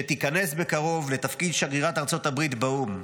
שתיכנס בקרוב לתפקיד שגרירת ארצות הברית באו"ם.